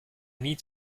need